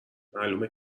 معلومه